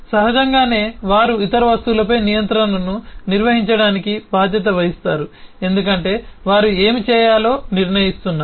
సహజంగానే వారు ఇతర వస్తువులపై నియంత్రణను నిర్వహించడానికి బాధ్యత వహిస్తారు ఎందుకంటే వారు ఏమి చేయాలో నిర్ణయిస్తున్నారు